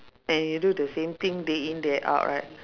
and you do the same thing day in day out right